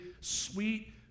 sweet